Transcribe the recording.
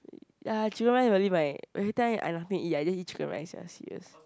ya chicken rice really my every time I nothing to eat I just eat chicken rice ya serious